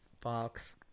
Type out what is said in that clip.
Fox